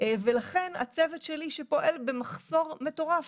לכן הצוות שלי שפועל במחסור מטורף